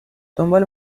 دنبال